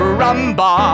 rumba